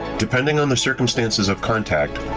depending on the circumstances of contact,